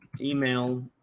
email